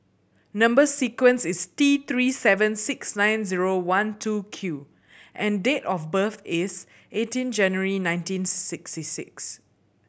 number sequence is T Three seven six nine zero one two Q and date of birth is eighteen January nineteen sixty six